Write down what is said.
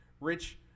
rich